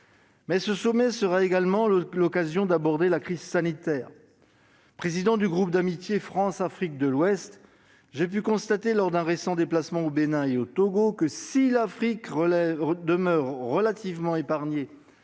Ce sommet sera également l'occasion d'aborder la crise sanitaire. En tant que président du groupe sénatorial d'amitié France-Afrique de l'Ouest, j'ai pu constater, lors d'un récent déplacement au Bénin et au Togo, que, si l'Afrique demeure relativement épargnée